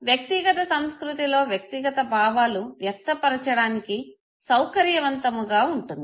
వ్యక్తిగత సంస్కృతిలో వ్యక్తిగత భావాలు వ్యక్తపరచడానికి సౌకర్యవంతముగా ఉంటుంది